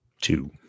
Two